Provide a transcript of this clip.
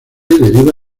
deriva